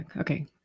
okay